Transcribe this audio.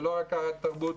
לא רק התרבות,